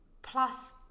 plus